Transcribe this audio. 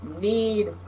need